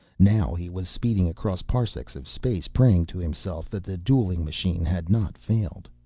now he was speeding across parsecs of space, praying to himself that the dueling machine had not failed.